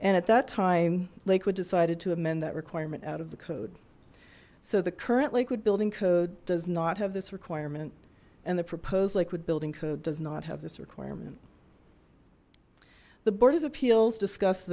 and at that time lakewood decided to amend that requirement out of the code so the current lakewood building code does not have this requirement and the proposed liquid building code does not have this requirement the board of appeals discussed